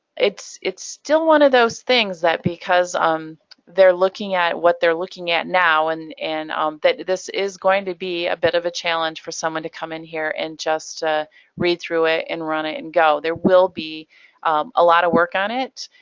it's it's still one of those things that because um they're looking at what they're looking at now and and um this is going to be a bit of a challenge for someone to come in here and just ah read through it and run it and go. there will be a lot of work on it,